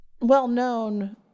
well-known